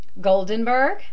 Goldenberg